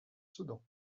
sedan